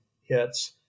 hits